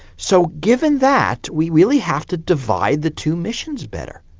so given that, we really have to divide the two missions better,